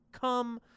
come